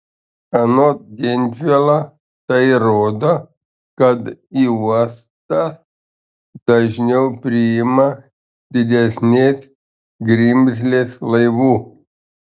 anot gentvilo tai rodo kad į uostas dažniau priima didesnės grimzlės laivų